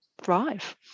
thrive